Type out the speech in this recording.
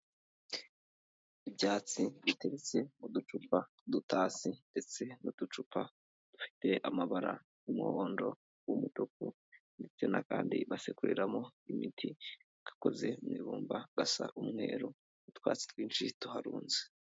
Ibyatsi biteretse mu ducupa, udutasi ndetse n'uducupa dufite amabara umuhondo, umutuku ndetse n'akandi basekuriramo imiti gakoze mu ibumba gasa umweru, utwatsi twinshi tuharunze.